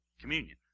Communion